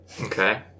Okay